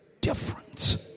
difference